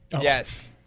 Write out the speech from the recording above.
Yes